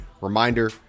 Reminder